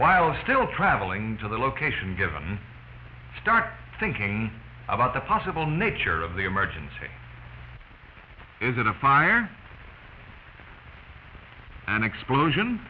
while still traveling to the location given start thinking about the possible nature of the emergency is it a fire an explosion